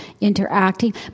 interacting